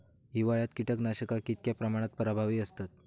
हिवाळ्यात कीटकनाशका कीतक्या प्रमाणात प्रभावी असतत?